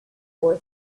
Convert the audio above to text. boy